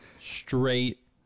straight